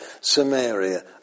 Samaria